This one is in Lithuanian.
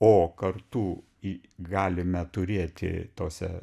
o kartu įgalina turėti tose